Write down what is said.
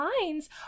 lines